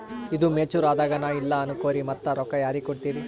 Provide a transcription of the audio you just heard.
ಈದು ಮೆಚುರ್ ಅದಾಗ ನಾ ಇಲ್ಲ ಅನಕೊರಿ ಮತ್ತ ರೊಕ್ಕ ಯಾರಿಗ ಕೊಡತಿರಿ?